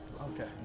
Okay